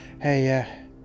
Hey